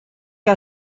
que